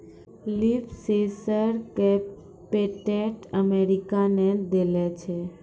Leaf sensor क patent America ने देलें छै?